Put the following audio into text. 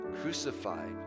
Crucified